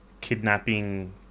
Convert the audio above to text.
kidnapping